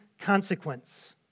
consequence